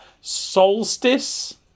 Solstice